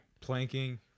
Planking